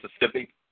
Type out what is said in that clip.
Mississippi